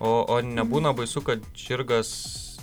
o o nebūna baisu kad žirgas